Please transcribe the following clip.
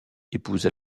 épousa